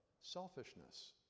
selfishness